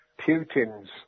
Putin's